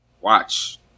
Watch